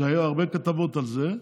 היו הרבה כתבות על זה.